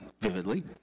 vividly